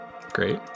great